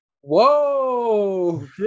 Whoa